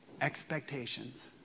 Expectations